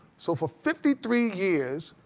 so for fifty three years,